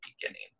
beginning